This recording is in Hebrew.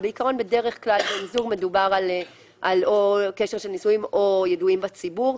אבל בעיקרון מדובר על קשר של נישואים או ידועים בציבור.